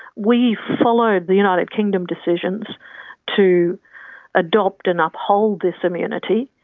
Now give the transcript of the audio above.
we followed the united kingdom decisions to adopt and uphold this immunity.